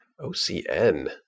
OCN